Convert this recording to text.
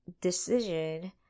decision